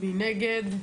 מי נגד?